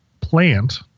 plant